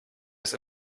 ist